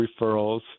referrals